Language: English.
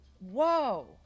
whoa